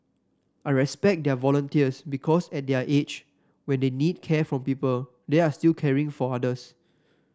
I respect their volunteers because at their age when they need care from people they are still caring for others